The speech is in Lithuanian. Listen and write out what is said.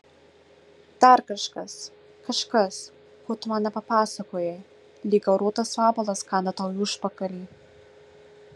dar kažkas kažkas ko tu man nepapasakojai lyg gauruotas vabalas kanda tau į užpakalį